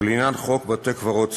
ולעניין חוק בתי-קברות צבאיים.